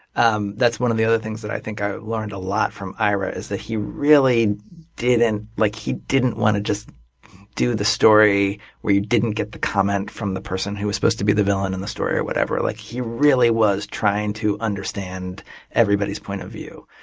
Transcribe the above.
um that's one of the other things that i think i learned a lot from ira is that he really didn't like he didn't want to just do the story where you didn't get the comment from the person who was supposed to be the villain in the story or whatever. like he really was trying to understand everybody's point of view.